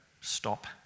stop